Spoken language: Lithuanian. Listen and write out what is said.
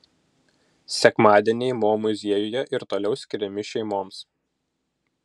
sekmadieniai mo muziejuje ir toliau skiriami šeimoms